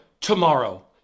tomorrow